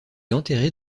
enterrés